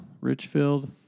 Richfield